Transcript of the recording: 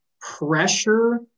pressure